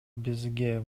бизге